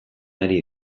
ari